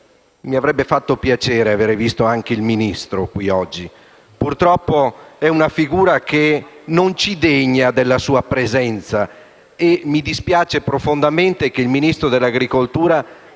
mi avrebbe fatto piacere avere anche il Ministro in questa sede oggi, ma purtroppo è una figura che non ci degna della sua presenza e mi dispiace profondamente che il Ministro delle politiche